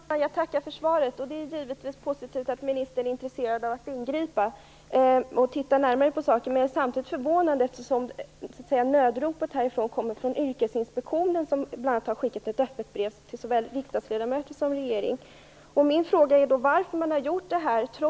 Fru talman! Jag tackar för svaret. Det är givetvis positivt att ministern är intresserad av att ingripa och ta en närmare titt på saken. Det är samtidigt förvånande. Nödropet kommer från Yrkesinspektionen, som bl.a. har skickat ett öppet brev till såväl riksdagsledamöter som regering. Min fråga är: Varför har man gjort så här?